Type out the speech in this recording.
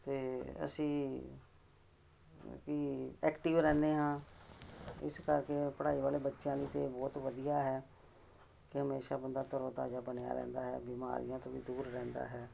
ਅਤੇ ਅਸੀਂ ਮਤਲਬ ਕਿ ਵੀ ਐਕਟਿਵ ਰਹਿੰਦੇ ਹਾਂ ਇਸ ਕਰਕੇ ਪੜ੍ਹਾਈ ਵਾਲੇ ਬੱਚਿਆਂ ਲਈ ਤਾਂ ਇਹ ਬਹੁਤ ਵਧੀਆ ਹੈ ਅਤੇ ਹਮੇਸ਼ਾ ਬੰਦਾ ਤਰੋ ਤਾਜ਼ਾ ਬਣਿਆ ਰਹਿੰਦਾ ਹੈ ਬਿਮਾਰੀਆਂ ਤੋਂ ਵੀ ਦੂਰ ਰਹਿੰਦਾ ਹੈ